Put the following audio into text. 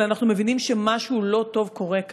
אבל אנחנו מבינים שמשהו לא טוב קורה כאן.